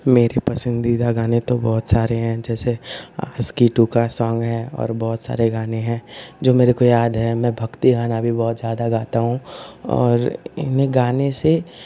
मेरे पसन्दीदा गाने तो बहुत सारे हैं जैसे आशिकी टू का सॉन्ग है और भी बहुत सारे गाने हैं जो मुझको याद हैं मैं भक्ति गाना भी बहुत ज़्यादा गाता हूँ और इन्हें गाने से